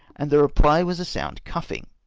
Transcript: and the reply was a sound cuffing.